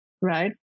right